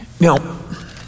Now